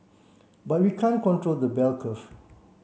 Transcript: but we can't control the bell curve